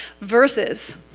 Verses